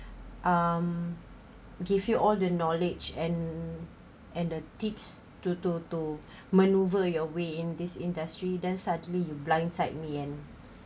um give you all the knowledge and and the tips to to to maneuver your way in this industry then suddenly you blind side me and